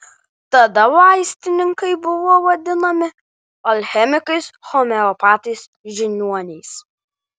tada vaistininkai buvo vadinami alchemikais homeopatais žiniuoniais